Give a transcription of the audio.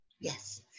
Yes